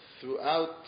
throughout